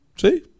See